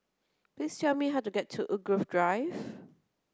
please tell me how to get to Woodgrove Drive